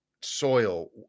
soil